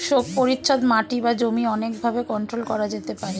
শোক পরিচ্ছদ মাটি বা জমি অনেক ভাবে কন্ট্রোল করা যেতে পারে